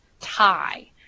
tie